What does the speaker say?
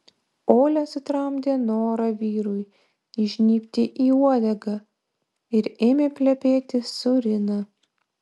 olia sutramdė norą vyrui įžnybti į uodegą ir ėmė plepėti su rina